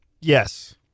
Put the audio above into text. yes